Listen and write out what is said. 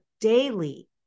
daily